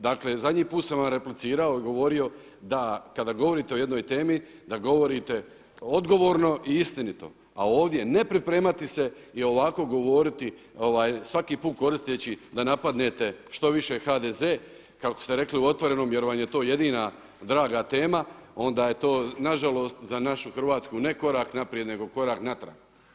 Dakle, zadnji put sam vam replicirao i govorio da kada govorite o jednoj temi, da govorite odgovorno i istinito a ovdje ne pripremati se i ovako govoriti svaki put koristeći da napadnete što više HDZ kako ste rekli u „Otvorenom“ jer vam je to jedina draga tema, onda je to na žalost za našu Hrvatsku ne korak naprijed, nego korak natrag.